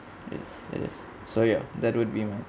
it's it's so ya that would be my